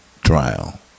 trial